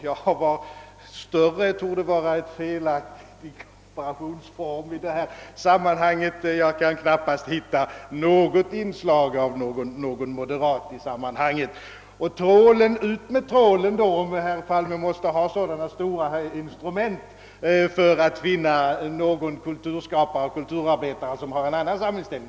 Uttrycket »större» inslag torde vara en felaktig komparationsform; jag kan knappast hitta någon moderat i detta sammanhang. Ut med trålen då, om herr Palme måste ha så stora redskap för att finna någon kulturskapare som har en annan samhällsinställning!